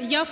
Я